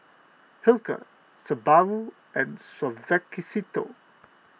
Hilker Subaru and Suavecito